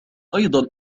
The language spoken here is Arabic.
أيضا